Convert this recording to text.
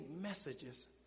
messages